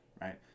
right